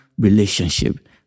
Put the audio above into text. relationship